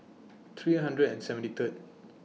three hundred and seventy Third